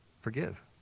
Forgive